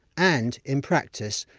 and in practice,